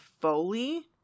foley